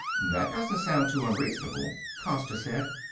that doesn't sound too unreasonable, costa said.